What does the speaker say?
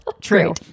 True